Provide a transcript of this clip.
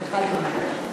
אחד נמנע.